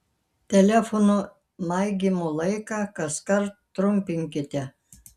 telefono maigymo laiką kaskart trumpinkite